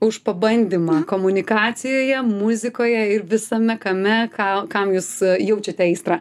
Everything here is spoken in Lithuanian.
už pabandymą komunikacijoje muzikoje ir visame kame ką kam jūs jaučiate aistrą